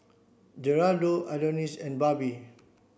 Gerardo Adonis and Barbie